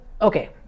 okay